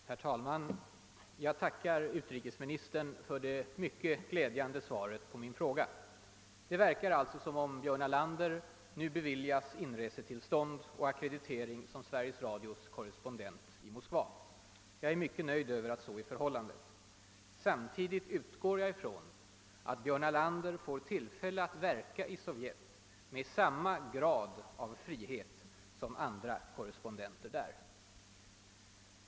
Herr talman! Jag tackar utrikesministern för det mycket glädjande svaret på min fråga. Det verkar alltså som om Björn Ahlander nu beviljas inresetillstånd och ackreditering som Sveriges Radios korrespondent i Moskva. Jag är mycket nöjd över att så är förhållandet. Samtidigt utgår jag från att Björn Ahlander får tillfälle att verka i Sovjet med samma grad av frihet som andra korrespondenter där.